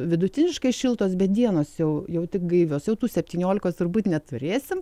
vidutiniškai šiltos bet dienos jau jau tik gaivios jau tų septyniolikos turbūt neturėsim